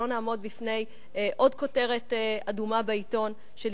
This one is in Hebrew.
ולא נעמוד בפני עוד כותרת אדומה בעיתון על